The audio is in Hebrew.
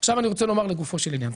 עכשיו רוצה לומר לגופו של עניין.